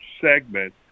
segment